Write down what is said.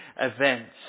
events